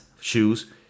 shoes